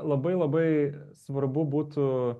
labai labai svarbu būtų